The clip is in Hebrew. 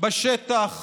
בשטח